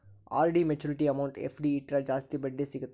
RD maturity amount FD ಇಟ್ರ ಜಾಸ್ತಿ ಬಡ್ಡಿ ಸಿಗತ್ತಾ